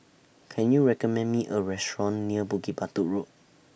Can YOU recommend Me A Restaurant near Bukit Batok Road